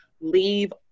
leave